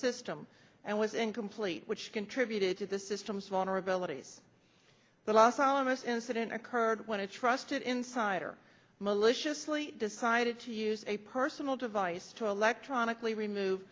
system and was incomplete which contributed to the system's vulnerabilities the los alamos incident occurred when a trusted insider maliciously decided to use a personal device to electronically remove